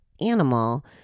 animal